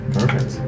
Perfect